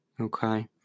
Okay